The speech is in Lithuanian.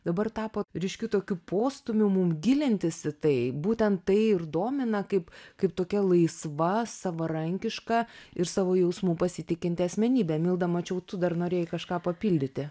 dabar tapo ryškiu tokiu postūmiu mum gilintis į tai būtent tai ir domina kaip kaip tokia laisva savarankiška ir savo jausmu pasitikinti asmenybė milda mačiau tu dar norėjai kažką papildyti